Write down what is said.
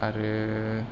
आरो